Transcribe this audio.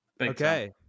Okay